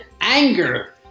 anger